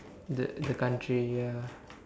the the country ya